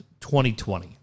2020